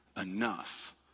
enough